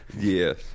Yes